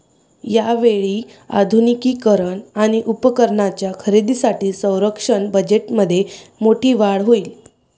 यावेळी आधुनिकीकरण आणि उपकरणांच्या खरेदीसाठी संरक्षण बजेटमध्ये मोठी वाढ होईल